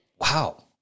Wow